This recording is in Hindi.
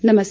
नमस्कार